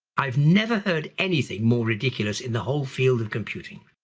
i've never heard anything more ridiculous in the whole field of computing.